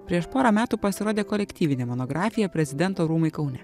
prieš porą metų pasirodė kolektyvinė monografija prezidento rūmai kaune